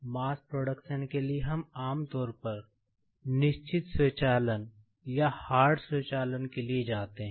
मास production के लिए हम आम तौर पर निश्चित स्वचालन या हार्ड स्वचालन के लिए जाते हैं